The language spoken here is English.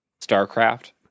StarCraft